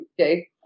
Okay